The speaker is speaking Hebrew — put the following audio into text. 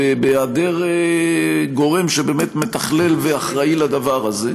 בהיעדר גורם שבאמת מתכלל ואחראי לדבר הזה,